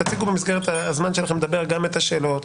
תציגו במסגרת הזמן שלכם לדבר גם את השאלות.